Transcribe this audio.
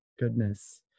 goodness